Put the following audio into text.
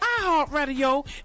iHeartRadio